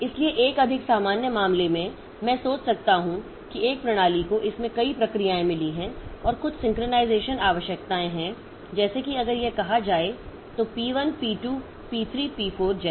इसलिए एक अधिक सामान्य मामले में मैं सोच सकता हूं कि एक प्रणाली को इसमें कई प्रक्रियाएं मिली हैं और कुछ सिंक्रनाइज़ेशन आवश्यकताएं हैं जैसे कि अगर यह कहा जाए तो पी 1 पी 2 पी 3 पी 4 जैसे